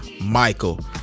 Michael